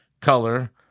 color